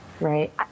right